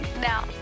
Now